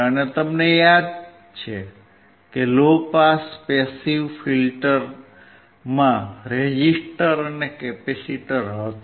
અને તમને યાદ હશે કે લો પાસ પેસીવ ફિલ્ટરમાં રેઝિસ્ટર અને કેપેસિટર હતું